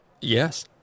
Yes